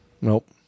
Nope